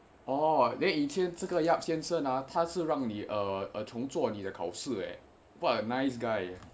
orh then 以前这个 yap 先生啊他是让你从做你的考试 leh what a nice guy